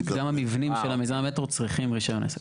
גם המבנים של מיזם המטרו צריכים רישיון עסק,